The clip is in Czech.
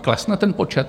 Klesne ten počet?